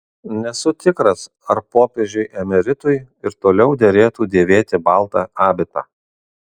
nesu tikras ar popiežiui emeritui ir toliau derėtų dėvėti baltą abitą